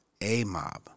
AMOB